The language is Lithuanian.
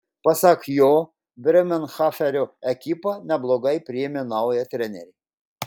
pasak jo brėmerhafeno ekipa neblogai priėmė naują trenerį